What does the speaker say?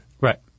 Right